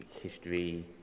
history